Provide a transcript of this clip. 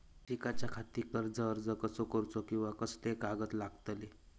शिकाच्याखाती कर्ज अर्ज कसो करुचो कीवा कसले कागद लागतले?